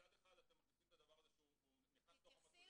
מצד אחד אתם מכניסים את הדבר הזה שהוא נכנס לתוך,